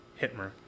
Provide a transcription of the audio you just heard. hitmer